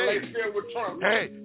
Hey